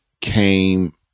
came